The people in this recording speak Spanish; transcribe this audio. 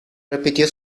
repitió